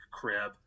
crib